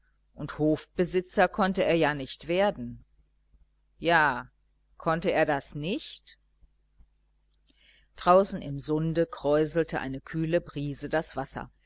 und hofbesitzer konnte er ja nicht werden ja konnte er das nicht draußen im sunde kräuselte eine kühle brise das wasser